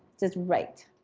just write.